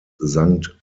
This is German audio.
sankt